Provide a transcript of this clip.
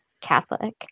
Catholic